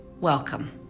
Welcome